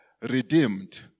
redeemed